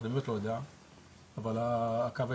אבל מצד שני